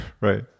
Right